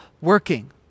working